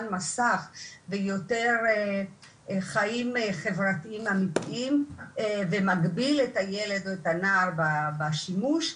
מסך ויותר סביב חיים חברתיים אמיתיים ומגביל את הילד או את הנער בשימוש,